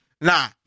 nah